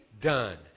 done